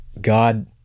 God